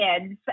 kids